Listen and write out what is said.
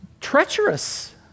treacherous